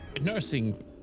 Nursing